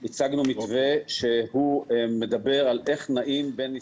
הצגנו מתווה שמדבר על איך נעים בין ישראל,